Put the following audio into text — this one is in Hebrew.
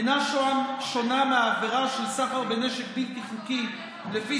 אינה שונה מהעבירה של סחר בנשק בלתי חוקי לפי